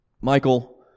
Michael